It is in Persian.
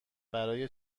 برای